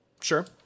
Sure